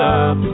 up